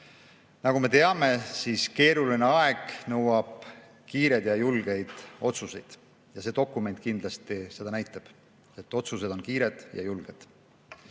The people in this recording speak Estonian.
Nagu me teame, keeruline aeg nõuab kiireid ja julgeid otsuseid, ja see dokument kindlasti seda näitab, et otsused on kiired ja